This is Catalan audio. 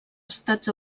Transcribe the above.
estats